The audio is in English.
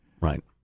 Right